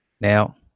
Now